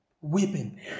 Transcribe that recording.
weeping